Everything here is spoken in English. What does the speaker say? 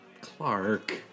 Clark